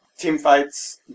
Teamfights